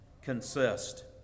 consist